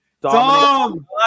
Dom